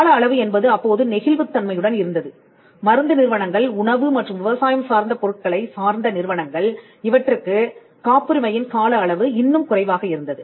கால அளவு என்பது அப்போது நெகிழ்வுத் தன்மையுடன் இருந்தது மருந்து நிறுவனங்கள் உணவு மற்றும் விவசாயம் சார்ந்த பொருட்களை சார்ந்த நிறுவனங்கள் இவற்றுக்கு காப்புரிமையின் கால அளவு இன்னும் குறைவாக இருந்தது